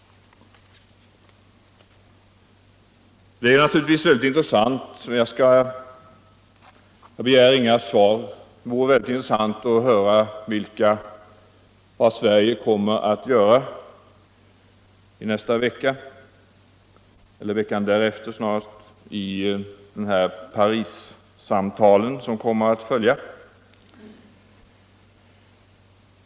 Jag begär inga svar, men det vore mycket intressant att höra hur Sverige kan komma att agera vid Parissamtalen om några veckor.